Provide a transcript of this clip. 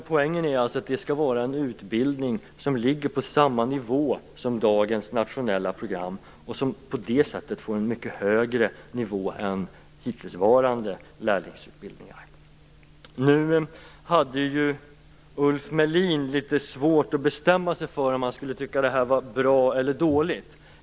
Poängen är att det skall vara en utbildning som ligger på samma nivå som dagens nationella program och som på det sättet får en mycket högre nivå än hittillsvarande lärlingsutbildningar. Ulf Melin hade litet svårt att bestämma sig för om han skulle tycka att det här var bra eller dåligt.